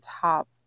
top